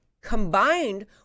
combined